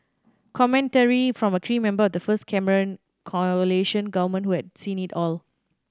commentary from a key member of the first Cameron coalition government who had seen it all